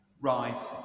Rise